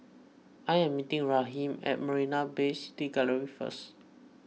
I am meeting Raheem at Marina Bay City Gallery first